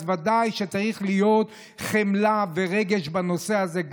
אז ודאי שצריכות להיות חמלה ורגישות בנושא הזה,